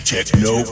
Techno